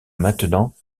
maintenant